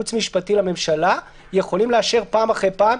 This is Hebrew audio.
כייעוץ משפטי לממשלה יכולים לאשר פעם אחרי פעם,